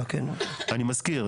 אני מזכיר,